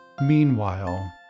Meanwhile